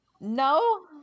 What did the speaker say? no